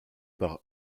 par